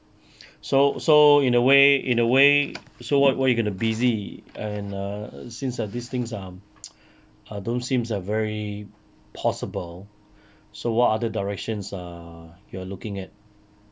so so in a way in a way so what what you gonna busy and err since err these things don't seems uh very possible so what other directions you are looking at